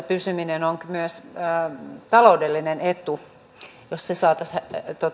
pysyminen on myös taloudellinen etu jos se saataisiin